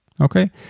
Okay